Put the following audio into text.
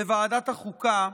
בוועדת החוקה,